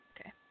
Okay